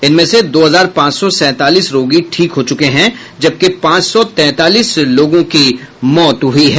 इनमें से दो हजार पांच सौ सैंतालीस रोगी ठीक हो गए हैं जबकि पांच सौ तैंतालीस लोगों की मौत हो गई है